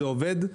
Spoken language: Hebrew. זה עובד,